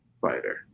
fighter